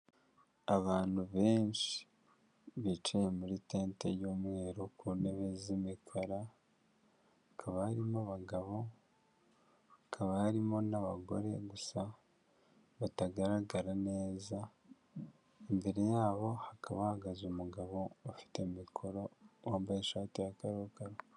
Abantu benshi bicaye muri tenti y'umweru ku ntebe z'imikara, hakaba harimo abagabo, hakaba harimo n'abagore gusa batagaragara neza, imbere yabo hakaba hahagaze umugabo ufite mikoro wambaye ishati ya karokaro.